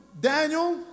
Daniel